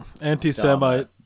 anti-semite